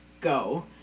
go